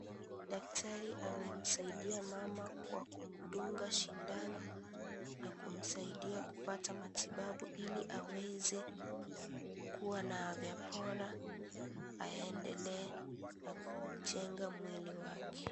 Daktari amemsaidia mama kwa kumdunga shindano na kumsaiia kupata matibabu ili aweze kuwa na afya bora aendelee na kujenga mwili wake.